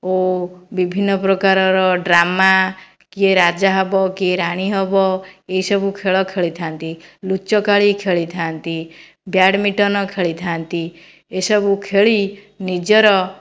ଓ ବିଭିନ୍ନ ପ୍ରକାରର ଡ୍ରାମା କିଏ ରାଜା ହେବ କିଏ ରାଣୀ ହେବ ଏସବୁ ଖେଳ ଖେଳିଥାନ୍ତି ଲୁଚକାଳି ଖେଳିଥାନ୍ତି ବ୍ୟାଡ଼୍ମିନଟନ୍ ଖେଳିଥାନ୍ତି ଏସବୁ ଖେଳି ନିଜର